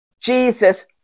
Jesus